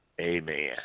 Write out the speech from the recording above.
amen